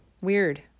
Weird